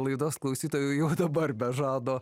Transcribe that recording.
laidos klausytojų jau dabar be žado